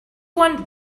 want